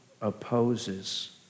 opposes